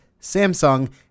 Samsung